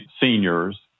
seniors